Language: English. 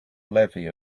levy